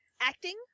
acting